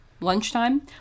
Lunchtime